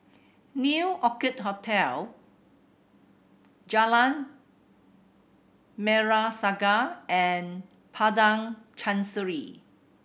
New Orchid Hotel Jalan Merah Saga and Padang Chancery